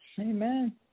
Amen